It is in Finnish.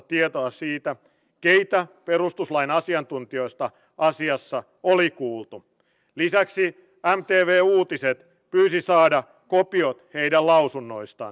on totta kuten moni edustaja tässä salissa on sanonut että maahanmuuttajien työllisyysaste on koko väestöä matalampi